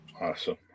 Awesome